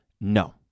No